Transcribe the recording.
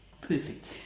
Perfect